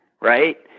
right